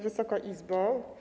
Wysoka Izbo!